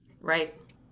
right